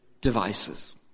devices